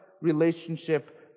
relationship